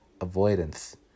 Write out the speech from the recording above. avoidance